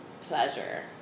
pleasure